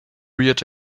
reared